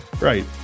Right